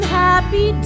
happy